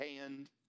hand